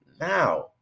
now